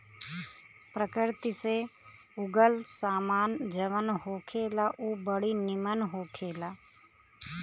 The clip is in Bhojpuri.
प्रकृति से उगल सामान जवन होखेला उ बड़ी निमन होखेला